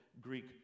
Greek